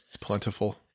plentiful